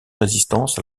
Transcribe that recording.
résistance